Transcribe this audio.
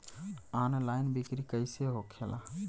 Online बिक्री कैसे होखेला?